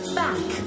back